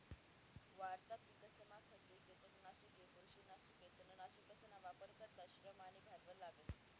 वाढता पिकसमा खते, किटकनाशके, बुरशीनाशके, तणनाशकसना वापर करता श्रम आणि भांडवल लागस